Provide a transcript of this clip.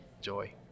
Joy